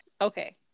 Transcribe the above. okay